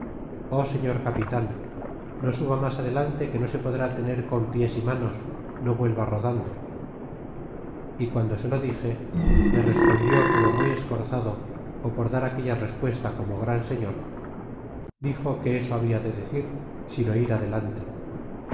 señor capitan no suba mas adelante que no se podrá tener con pies y m manos no vuelva rodando y guando se lo dixe me respondió como muy esforzado ó por dar aquella respuesta como gran señor dixo que eso habla de decir sino ir adelante